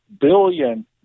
billion